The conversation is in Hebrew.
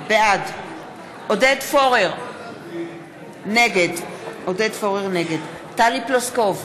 בעד עודד פורר, נגד טלי פלוסקוב,